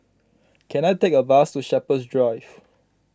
can I take a bus to Shepherds Drive